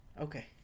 Okay